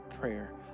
prayer